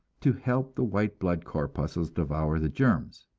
to help the white blood corpuscles devour the germs.